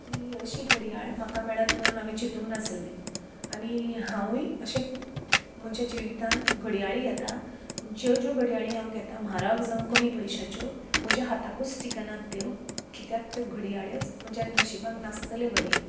की अशीं घडयाळ मेळत म्हणुन हांवें चितूंक नासिल्ले आनी हांवूय अशें म्हज्या जिवितांन घडयाळी घेतां पूण ज्यो ज्यो घडयाळी हांव घेतां म्हारग जांव कमी पयश्याच्यो म्हज्या हाताकूच टिकना त्यो कित्याक त्यो घडयाळ्योच म्हज्या नशिबान नासतल्यो घडयें